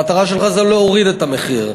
המטרה שלך היא להוריד את המחיר.